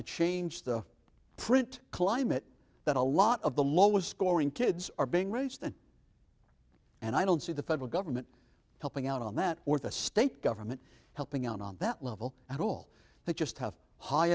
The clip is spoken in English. to change the print climate that a lot of the lowest scoring kids are being raised and i don't see the federal government helping out on that or the state government helping out on that level at all they just have high